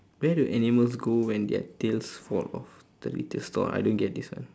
where do animals go when their tails fall off the retail store I don't get this one